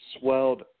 swelled